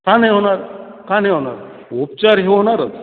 का नाही होणार का नाही होणार उपचार हे होणारच